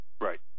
Right